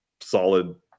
solid